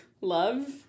Love